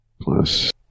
Plus